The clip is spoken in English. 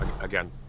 again